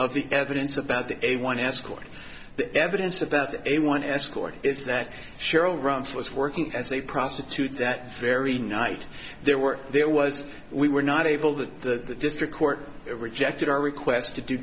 of the evidence about the a one escort the evidence about a one escort is that cheryl runts was working as a prostitute that very night there were there was we were not able the district court rejected our requests to do